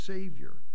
Savior